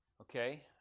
Okay